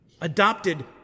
Adopted